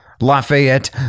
Lafayette